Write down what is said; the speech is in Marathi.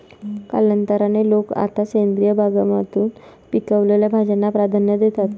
कालांतराने, लोक आता सेंद्रिय बागकामातून पिकवलेल्या भाज्यांना प्राधान्य देतात